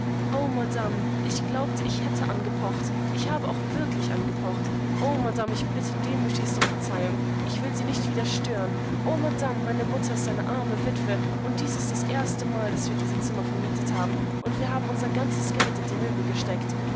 o madame ich glaubte ich hätte angepocht ich habe auch wirklich angepocht o madame ich bitte demütigst um verzeihung ich will sie nicht wieder stören o madame meinemutteristeinearmewitweunddiesistdaserstemal daß wir diese zimmer vermietet haben und wir haben unser ganzes geld in die möbel gesteckt